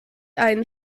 einen